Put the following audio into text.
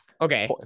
okay